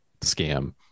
scam